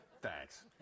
Thanks